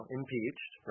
impeached